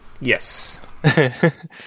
yes